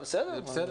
בסדר.